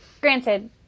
Granted